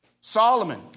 Solomon